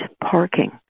parking